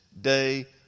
day